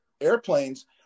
airplanes